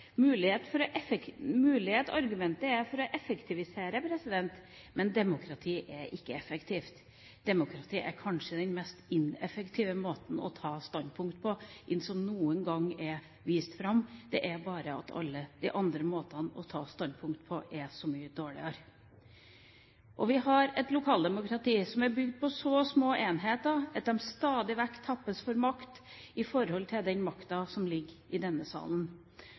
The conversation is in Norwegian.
argumentet er å effektivisere, men demokrati er ikke effektivt. Demokrati er kanskje den mest ineffektive måten å ta standpunkt på enn noen annen måte. Det er bare det at alle de andre måtene å ta standpunkt på er så mye dårligere. Vi har et lokaldemokrati som er bygget på så små enheter at de stadig vekk tappes for makt i forhold til den makten som ligger i denne salen.